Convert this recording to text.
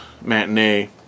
Matinee